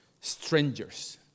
strangers